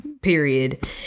period